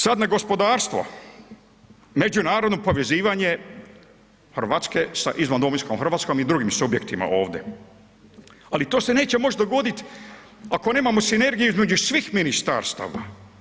Sada na gospodarstvo, međunarodno povezivanje Hrvatske sa izvan domovinskom Hrvatskom i drugim subjektima ovdje, ali to se neće moći dogoditi ako nemamo sinergiju između svih ministarstava.